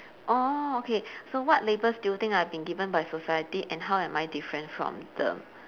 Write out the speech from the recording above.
orh okay so what labels do you think I've been given by the society and how am I different from the